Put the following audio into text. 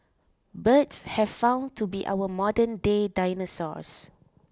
birds have found to be our modernday dinosaurs